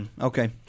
Okay